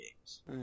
games